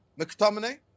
McTominay